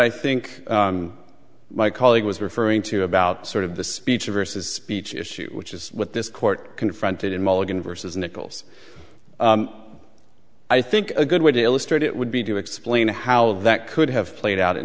i think my colleague was referring to about sort of the speech versus speech issue which is what this court confronted in mulligan versus nichols i think a good way to illustrate it would be to explain how that could have played